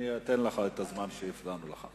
אני אתן לך את הזמן שהפרענו לך.